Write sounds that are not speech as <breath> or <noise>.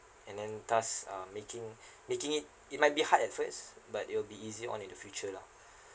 and then thus uh making <breath> making it it might be hard at first but it'll be easy on in the future lah